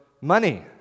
money